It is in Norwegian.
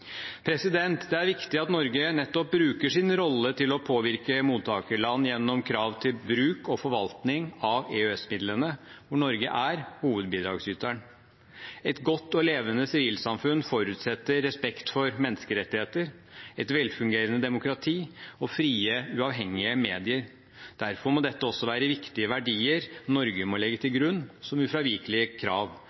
Det er viktig at Norge nettopp bruker sin rolle til å påvirke mottakerland gjennom krav til bruk og forvaltning av EØS-midlene, hvor Norge er hovedbidragsyteren. Et godt og levende sivilsamfunn forutsetter respekt for menneskerettigheter, et velfungerende demokrati og frie, uavhengige medier. Derfor må dette også være viktige verdier Norge må legge til grunn som ufravikelige krav,